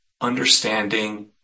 understanding